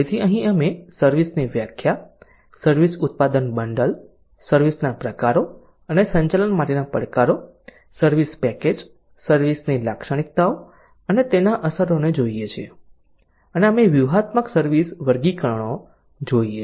તેથી અહીં અમે સર્વિસ ની વ્યાખ્યા સર્વિસ ઉત્પાદન બંડલ સર્વિસ ના પ્રકારો અને સંચાલન માટેના પડકારો સર્વિસ પેકેજ સર્વિસ ની લાક્ષણિકતાઓ અને તેના અસરોને જોઈએ છીએ અને અમે વ્યૂહાત્મક સર્વિસ વર્ગીકરણો જોઈએ છીએ